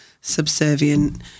subservient